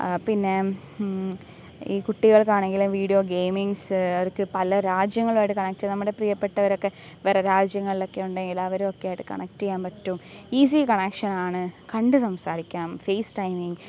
പിന്നെ ഈ കുട്ടികൾക്കാണെങ്കിൽ വീഡിയോ ഗെയിമിങ്ങ്സ് അവർക്ക് പല രാജ്യങ്ങളും ആയിട്ട് കണെക്ട് നമ്മുടെ പ്രിയപ്പെട്ടവരൊക്കെ വേറെ രാജ്യങ്ങളിലൊക്കെ ഉണ്ടെങ്കിൽ അവരും ഒക്കെയായിട്ട് കണെക്ട് ചെയ്യാൻ പറ്റും ഈസി കണക്ഷനാണ് കണ്ട് സംസാരിക്കാം ഫേസ് ടൈമിങ്ങ്